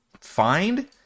find